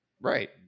Right